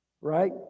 Right